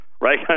Right